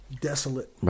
desolate